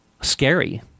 scary